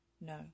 No